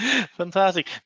Fantastic